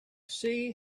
sea